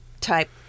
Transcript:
type